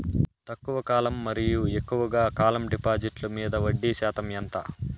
తక్కువ కాలం మరియు ఎక్కువగా కాలం డిపాజిట్లు మీద వడ్డీ శాతం ఎంత?